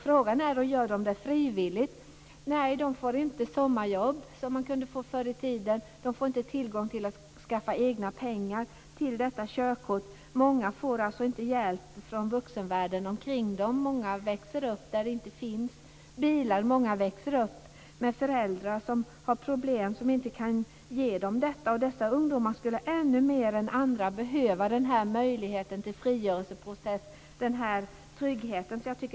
Frågan är om de gör det frivilligt. Nej, de får inte sommarjobb som man kunde få förr i tiden. De får inte tillfälle att skaffa egna pengar till detta körkort. Många får alltså inte hjälp från vuxenvärlden omkring. Många växer upp där det inte finns bilar. Många växer upp med föräldrar som har problem och som inte kan de ungdomar detta. Dessa ungdomar skulle ännu mer än andra behöva ha den här möjligheten till frigörelseprocess, den här tryggheten.